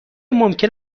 ممکن